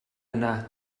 yna